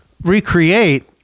recreate